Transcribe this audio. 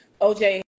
OJ